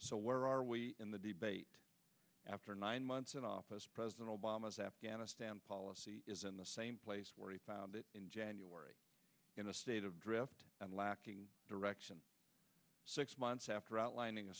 so where are we in the debate after nine months in office president obama's afghanistan policy is in the same place where he found it in january in a state of drift and lacking direction six months after outlining a